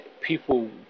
people